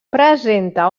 presenta